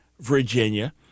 Virginia